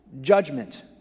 judgment